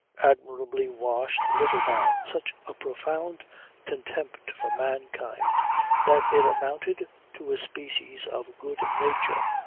admirably washed, little man such a profound contempt for mankind that it amounted to a species of good nature